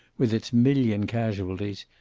with its million casualties,